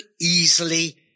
easily